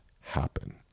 happen